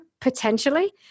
Potentially